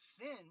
thin